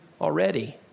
already